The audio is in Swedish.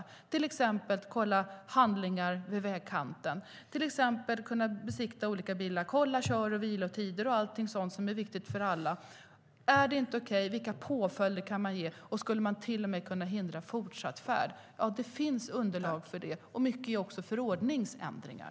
Det gäller till exempel att kolla handlingar vid vägkanten, att besikta olika bilar, att kolla kör och vilotider och allt sådant som är viktigt för alla. Om det inte är okej - vilka påföljder kan det då bli? Skulle man till och med kunna hindra fortsatt färd? Det finns underlag för detta, och mycket är också förordningsändringar.